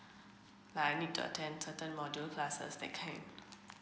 like I need to attend certain modules classes that kind